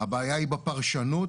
הבעיה היא בפרשנות,